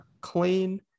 clean